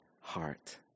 heart